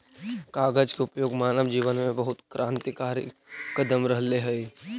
कागज के उपयोग मानव जीवन में बहुत क्रान्तिकारी कदम रहले हई